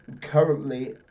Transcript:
currently